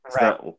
Right